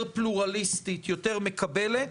יותר פלורליסטית ויותר מקבלת,